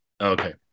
Okay